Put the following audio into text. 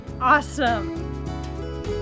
Awesome